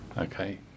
Okay